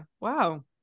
Wow